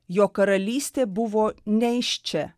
jo karalystė buvo ne iš čia